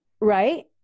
Right